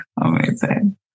Amazing